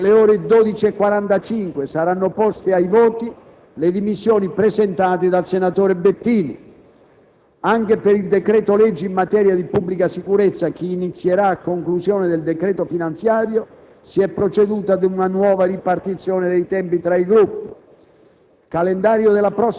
Domani mattina, alle ore 12,45, saranno poste ai voti le dimissioni presentate dal senatore Bettini. Anche per il decreto-legge in materia di pubblica sicurezza, che inizierà a conclusione del decreto finanziario, si è proceduto ad una nuova ripartizione dei tempi tra i Gruppi.